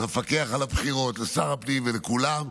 למפקח על הבחירות, לשר הפנים ולכולם.